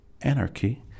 anarchy